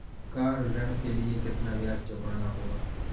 Car ऋण के लिए कितना ब्याज चुकाना होगा?